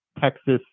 Texas